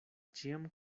ĉiam